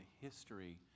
history